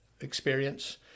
experience